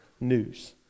news